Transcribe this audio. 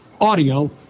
audio